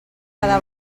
cada